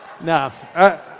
No